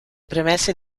premesse